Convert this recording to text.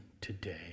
today